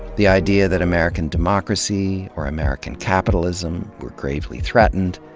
the idea that american democracy, or american capitalism, were gravely threatened,